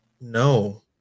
No